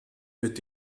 mit